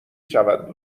شود